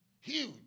huge